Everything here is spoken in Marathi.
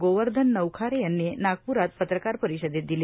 गोवर्धन नौखारे यांनी नागपुरात पत्रकार परिषदेत दिली